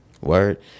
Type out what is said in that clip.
Word